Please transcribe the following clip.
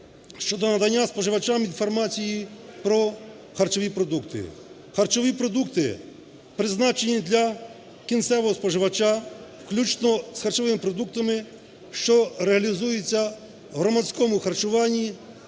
щодо надання споживачам інформації про харчові продукти. Харчові продукти призначені для кінцевого споживача, включно з харчовими продуктами, що реалізуються в громадському харчуванні